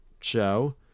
show